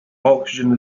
oxygen